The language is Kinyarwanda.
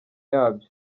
yabyo